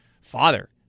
father